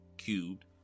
cubed